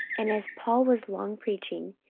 and as paul was long preaching,